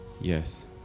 Yes